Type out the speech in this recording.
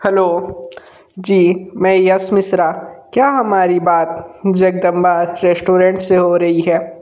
hello ji मैं यश मिश्र क्या हमारी बात जगदम्बा रेश्टोरेंट से हो रही है